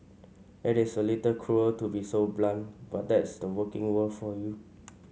it is a little cruel to be so blunt but that's the working world for you